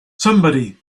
somebody